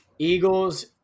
Eagles